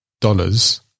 dollars